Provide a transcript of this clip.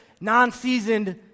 non-seasoned